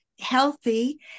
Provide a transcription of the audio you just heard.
healthy